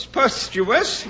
posthumous